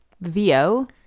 VO